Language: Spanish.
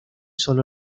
solo